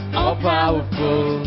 all-powerful